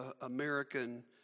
American